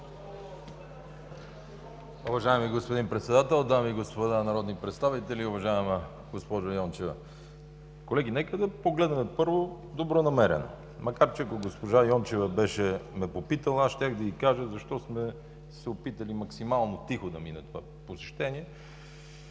Уважаеми господин Председател, дами и господа народни представители, уважаема госпожо Йончева! Колеги, нека да погледнем първо добронамерено, макар че, ако госпожа Йончева беше ме попитала, аз щях да й кажа защо сме се опитали максимално тихо да мине това посещение.